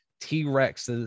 T-Rex